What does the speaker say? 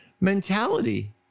mentality